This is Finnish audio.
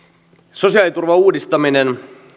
sosiaaliturvan uudistaminen